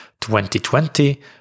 2020